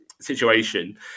situation